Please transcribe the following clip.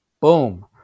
boom